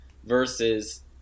Versus